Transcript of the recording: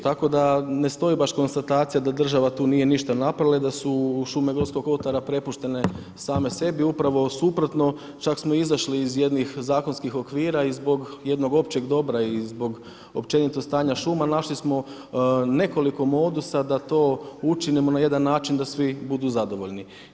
Tako da ne stoji baš konstatacija da država tu nije ništa napravila i da su šume Gorskog kotara prepuštene same sebi, upravo suprotno, čak smo izašli iz jednih zakonskih okvira i zbog jednog općeg dobra i zbog općenito stanja šuma, našli smo nekoliko modusa da to učinimo na jedan način da svi budu zadovoljni.